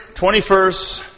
21st